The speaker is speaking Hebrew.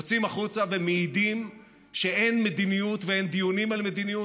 יוצאים החוצה ומעידים שאין מדיניות ואין דיונים על מדיניות.